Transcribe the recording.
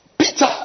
Peter